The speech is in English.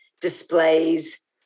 displays